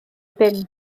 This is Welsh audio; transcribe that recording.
bum